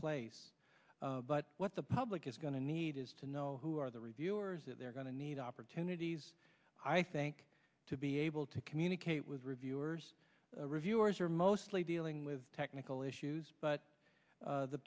place but what the public is going to need is to know who are the reviewers that they're going to need opportunities i think to be able to communicate with reviewers reviewers are mostly dealing with technical issues but